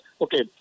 okay